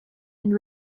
and